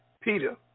Peter